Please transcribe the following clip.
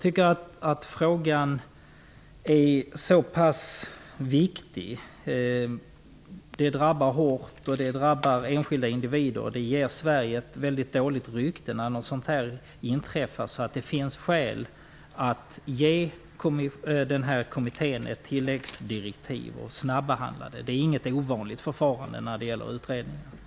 Dessa regler drabbar enskilda individer mycket, och Sverige får ett dåligt rykte när sådant här inträffar. Det finns därför skäl att ge denna kommitté ett tilläggsdirektiv om snabbehandling av den här frågan. Detta är inte något ovanligt förfarande i utredningssammanhang.